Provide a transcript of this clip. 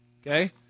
Okay